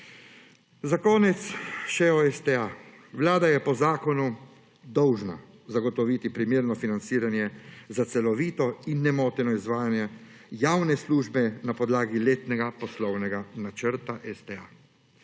Za konec še o STA. Vlada je po zakonu dolžna zagotoviti primerno financiranje za celovito in nemoteno izvajanje javne službe na podlagi letnega poslovnega načrta STA.